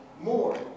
more